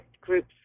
groups